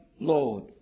Lord